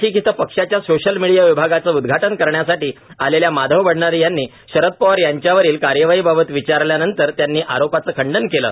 नाशिक येथे पक्षाच्या social media विभागाचे उदघाटन करण्यासाठी आलेल्या माधव भंडारी यांनी शरद पवार यांच्यावरील कारवाईबाबत विचारल्यानंतर त्यांनी आरोपांचे खंडन केले